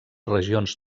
regions